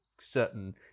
certain